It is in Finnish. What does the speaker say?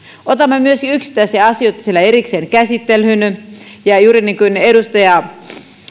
otamme siellä myöskin yksittäisiä asioita erikseen käsittelyyn juuri niin kuin edustaja